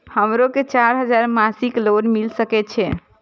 हमरो के चार हजार मासिक लोन मिल सके छे?